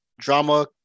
drama